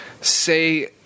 say